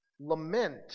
Lament